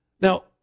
Now